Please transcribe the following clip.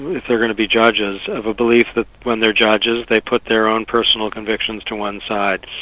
if they're going to be judges, of a belief that when they're judges, they put their own personal convictions to one side.